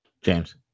James